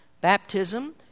Baptism